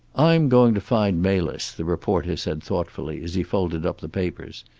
i'm going to find melis, the reporter said thoughtfully, as he folded up the papers.